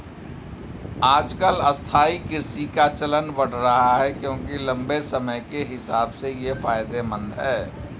आजकल स्थायी कृषि का चलन बढ़ रहा है क्योंकि लम्बे समय के हिसाब से ये फायदेमंद है